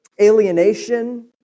alienation